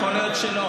יכול להיות שלא.